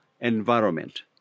environment